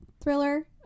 thriller